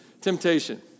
temptation